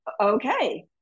okay